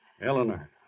Eleanor